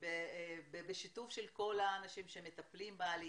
ובשיתוף כל האנשים שמטפלים בעלייה.